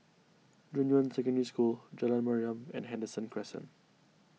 Junyuan Secondary School Jalan Mariam and Henderson Crescent